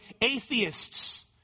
atheists